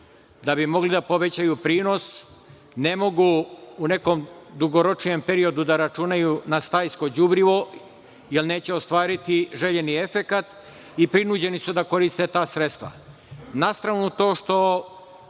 da bi mogli da povećaju prinos. Ne mogu u nekom dugoročnijem periodu da računaju na stajsko đubrivo jer neće ostvariti željeni efekat i prinuđeni su da koriste ta sredstva. Na stranu to što